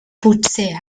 potser